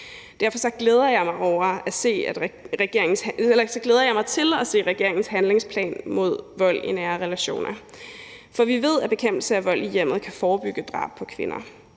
Derfor glæder jeg mig til at se regeringens handlingsplan mod vold i nære relationer. For vi ved, at bekæmpelse af vold i hjemmet kan forebygge drab på kvinder.